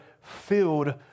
filled